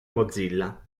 mozilla